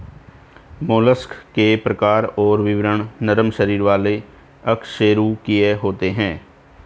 mollusc के प्रकार और विवरण नरम शरीर वाले अकशेरूकीय होते हैं